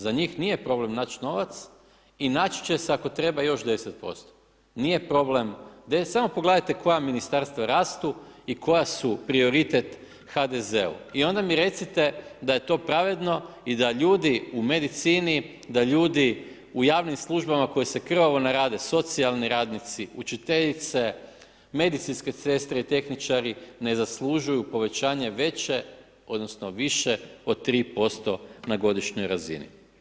Za njih nije problem nać novac i naći će se ako treba još 10%, nije problem, samo pogledajte koja ministarstva rastu i koja su prioritet HDZ-u i onda mi recite da je to pravedno i da ljudi u medicini, da ljudi u javnim službama koji se krvavo narade, socijalni radnici, učiteljice, medicinske sestre i tehničari ne zaslužuju povećanje veće, odnosno, više od 3% na godišnjoj razini.